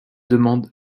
demande